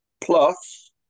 Plus